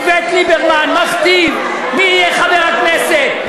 איווט ליברמן מכתיב מי יהיה חבר הכנסת,